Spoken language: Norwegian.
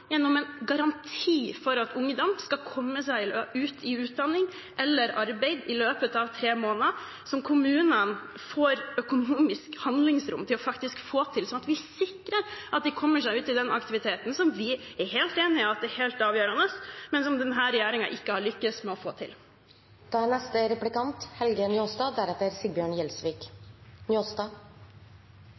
gjennom en garanti for at ungdom skal komme seg ut i utdanning eller i arbeid i løpet av tre måneder– som kommunene får økonomisk handlingsrom til faktisk å få til – sånn at vi sikrer at de kommer seg ut i den aktiviteten som vi er helt enig i at er helt avgjørende, men som denne regjeringen ikke har lyktes med å få til. Når me høyrer på SV, er